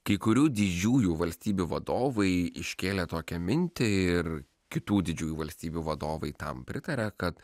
kai kurių didžiųjų valstybių vadovai iškėlė tokią mintį ir kitų didžiųjų valstybių vadovai tam pritaria kad